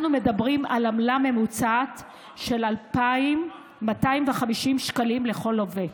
אנחנו מדברים על עמלה ממוצעת של 2,250 שקלים לכל לווה.